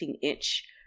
inch